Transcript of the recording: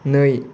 नै